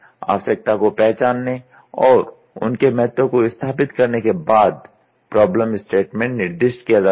आवश्यकता को पहचानने और उनके महत्व को स्थापित करने के बाद प्रॉब्लम स्टेटमेंट निर्दिष्ट किया जाता है